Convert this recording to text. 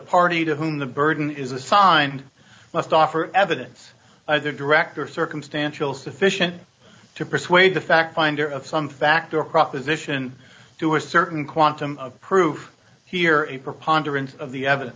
party to whom the burden is assigned must offer evidence either direct or circumstantial sufficient to persuade the fact finder of some fact or proposition to a certain quantum of proof here a preponderance of the evidence